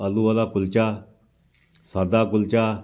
ਆਲੂ ਵਾਲਾ ਕੁਲਚਾ ਸਾਦਾ ਕੁਲਚਾ